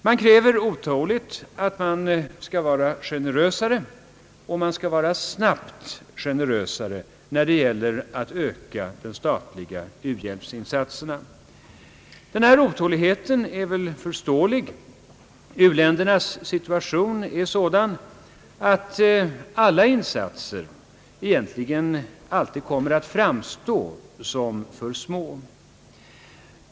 Man kräver otåligt att vi på ett mera generöst sätt och snabbare än hittills skall öka de statliga u-hjälpsinsatserna. Denna otålighet är väl förståelig. U-ländernas situation är sådan att alla insatser egentligen alltid kommer att framstå såsom för små.